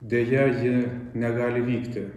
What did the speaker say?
deja ji negali vykti